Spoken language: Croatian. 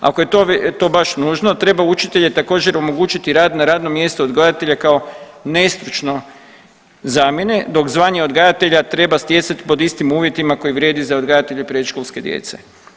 Ako je to baš nužno treba učitelje također omogućiti rad na radno mjesto odgajatelja kao nestručno zamjene dok zvanje odgajatelja treba stjecati pod istim uvjetima koje vrijedi za odgajatelje predškolske djece.